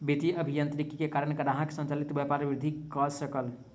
वित्तीय अभियांत्रिकी के कारण ग्राहक संचालित व्यापार वृद्धि कय सकल